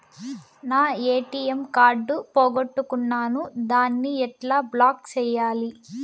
నా ATM card పోగొట్టుకున్నాను, దాన్ని ఎట్లా బ్లాక్ సేయాలి?